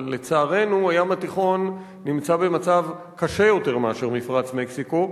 אבל לצערנו הים התיכון נמצא במצב קשה יותר מאשר מפרץ מקסיקו.